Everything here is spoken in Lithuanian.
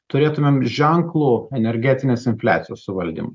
turėtumėm ženklų energetinės infliacijos suvaldymą